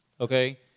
okay